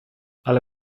ale